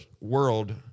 world